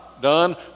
done